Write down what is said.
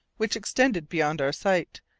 which extended beyond our sight,